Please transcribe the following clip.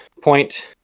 point